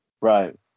Right